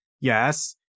Yes